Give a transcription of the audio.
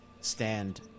stand